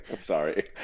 Sorry